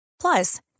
plus